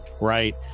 right